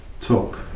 talk